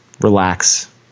relax